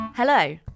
Hello